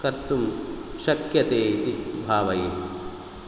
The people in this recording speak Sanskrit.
कर्तुं शक्यते इति भावये